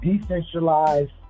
decentralized